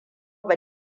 ba